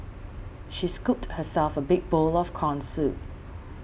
she scooped herself a big bowl of Corn Soup